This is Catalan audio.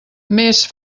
més